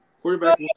Quarterback